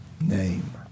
name